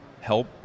help